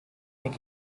make